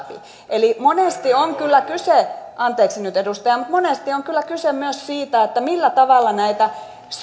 eli monesti on kyllä kyse anteeksi nyt edustaja monesti on kyllä kyse myös siitä millä tavalla näitä